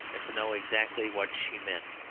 and to know exactly what she meant.